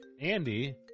Andy